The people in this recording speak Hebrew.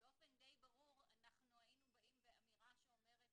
באופן די ברור היינו באים באמירה שאומרת